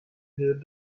heard